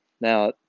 Now